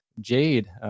Jade